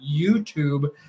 YouTube